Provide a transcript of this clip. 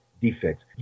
defects